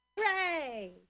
Hooray